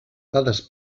dades